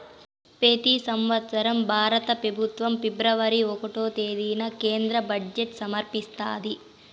పెతి సంవత్సరం భారత పెబుత్వం ఫిబ్రవరి ఒకటో తేదీన కేంద్ర బడ్జెట్ సమర్పిస్తాది